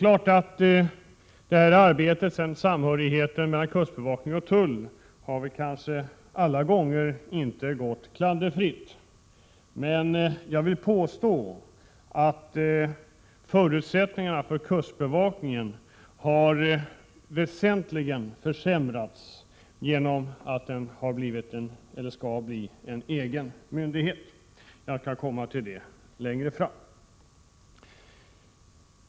Samarbetet mellan kustbevakningen och tullen har kanske inte alla gånger gått klanderfritt, men jag vill påstå att förutsättningarna för kustbevakningen väsentligen försämras genom att den skall bli en egen myndighet. Jag skall återkomma till detta längre fram.